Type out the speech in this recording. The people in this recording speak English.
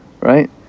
Right